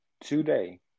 today